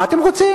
מה אתם רוצים?